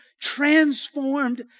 transformed